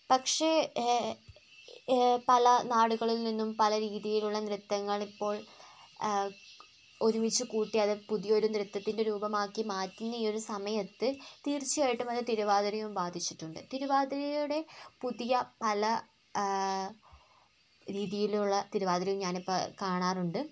പക്ഷേ പല നാടുകളിൽ നിന്നും പല രീതിയിലുള്ള നൃത്തങ്ങൾ ഇപ്പോൾ ഒരുമിച്ചുകൂട്ടി അത് പുതിയൊരു നൃത്തത്തിൻ്റെ രൂപമാക്കി മാറ്റുന്ന ഈയൊരു സമയത്ത് തീർച്ചയായിട്ടും അത് തിരുവാതിരയെയും ബാധിച്ചിട്ടുണ്ട് തിരുവാതിരയുടെ പുതിയ പല രീതിയിലുള്ള തിരുവാതിരയും ഞാനിപ്പോള് കാണാറുണ്ട്